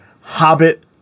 Hobbit